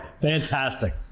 Fantastic